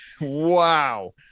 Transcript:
Wow